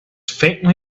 faintly